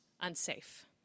unsafe